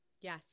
yes